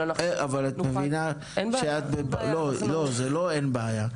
אבל את מבינה שאת בבעיה, זה לא בעיה.